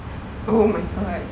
oh my god